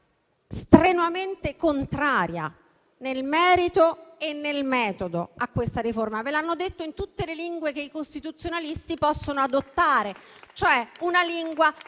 maniera strenuamente contraria, nel merito e nel metodo, a questa riforma. Ve l'hanno detto in tutte le lingue che i costituzionalisti possono adottare: una lingua